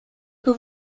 peux